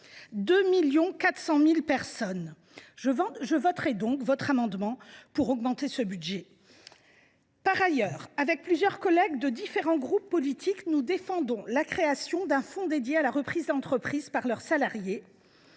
2,4 millions de personnes ? Je voterai donc l’amendement tendant à augmenter ce budget. Par ailleurs, avec plusieurs collègues de différents groupes politiques, nous défendons la création d’un fonds dédié à la reprise d’entreprise par leurs salariés.